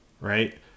right